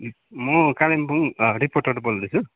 म कालिम्पोङ रिपोर्टर बोल्दैछु